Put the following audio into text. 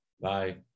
Bye